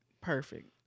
perfect